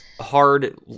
hard